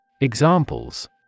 Examples